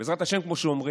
בעזרת השם, כמו שאומרים,